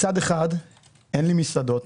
מצד אחד אין מסעדות,